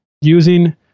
using